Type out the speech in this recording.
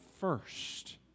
first